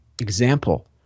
example